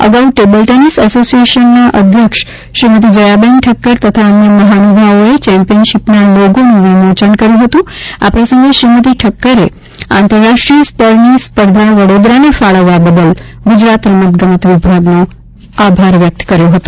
અગાઉ table tennis એસોસીએશનના અધ્યક્ષ શ્રીમતી જયાબેન ઠક્કર તથા અન્ય મહાનુભાવોએ ચેમ્પિયનશીપના લોગોનું વિમોચન કર્યું હતું આ પ્રસંગે શ્રીમતી ઠક્કરે આંતરરાષ્ટ્રીય સ્તરની સ્પર્ધા વડોદરાને ફાળવવા બદલ ગુજરાત રમત ગમત વિભાગનો આભાર વ્યક્ત કર્યો હતો